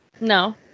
No